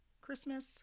Christmas